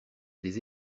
des